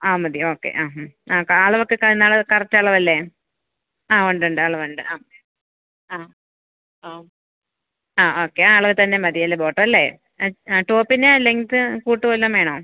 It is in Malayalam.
ആ മതി ഓക്കെ ആ മ് ആ അളവൊക്കെ ഇന്നാൾ കറക്റ്റളവല്ലേ ആ ഉണ്ട് ഉണ്ട് അളവുണ്ട് ആ ആ ആ ആ ഓക്കെ ആ അളവ് തന്നെ മതിയല്ലേ ബോട്ട അല്ലെ അത് ആ ടോപ്പിന് ലെഗ്ത് കൂട്ടുക വല്ലതും വേണോ